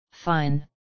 fine